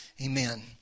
Amen